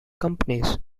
companies